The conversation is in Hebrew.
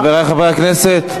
חברי חברי הכנסת,